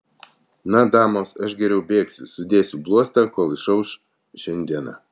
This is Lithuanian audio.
na damos aš geriau bėgsiu sudėsiu bluostą kol išauš šiandiena